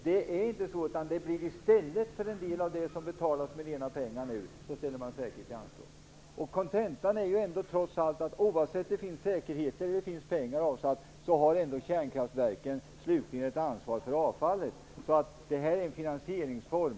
I stället ställer man ut säkerheter för en del av det som nu betalas med reda pengar. Kontentan är att oavsett om det finns säkerheter eller pengar avsatta har ändå kärnkraftverken det slutliga ansvaret för avfallet. Det handlar här om en finansieringsform.